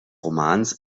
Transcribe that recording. romans